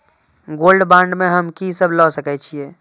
Gold bond में हम की ल सकै छियै?